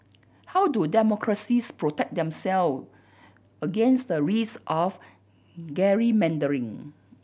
how do democracies protect themself against the risk of gerrymandering